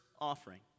offering